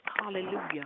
hallelujah